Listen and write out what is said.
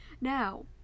Now